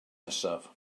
nesaf